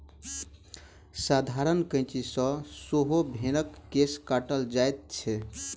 साधारण कैंची सॅ सेहो भेंड़क केश काटल जाइत छै